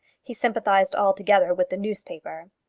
he sympathised altogether with the newspaper.